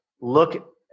look